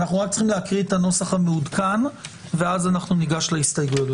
אנחנו רק צריכים להקריא את הנוסח המעודכן ואז אנחנו ניגש להסתייגויות.